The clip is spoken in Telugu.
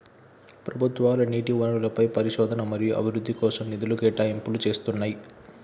ప్రభుత్వాలు నీటి వనరులపై పరిశోధన మరియు అభివృద్ధి కోసం నిధుల కేటాయింపులు చేస్తున్నయ్యి